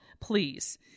Please